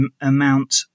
amount